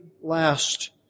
last